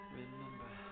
Remember